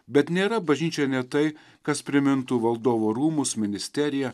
bet nėra bažnyčia ne tai kas primintų valdovų rūmus ministeriją